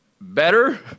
better